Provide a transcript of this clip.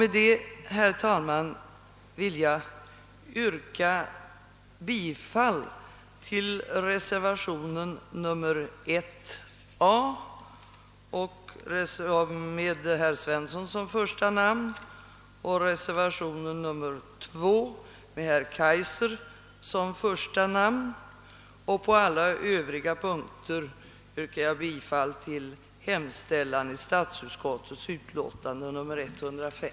Med det sagda vill jag yrka bifall till reservationen 1a med herr Svensson som första namn, till reservationen 2 med herr Kaijser som första namn samt på alla övriga punkter till statsutskottets hemställan i utlåtande nr 105.